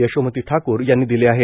यशोमती ठाकूर यांनी दिले आहेत